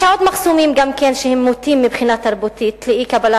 יש עוד מחסומים שהם מוטים מבחינה תרבותית לאי-קבלה